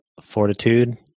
fortitude